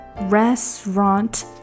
Restaurant